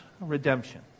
redemption